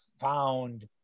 found